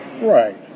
right